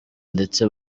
ndetse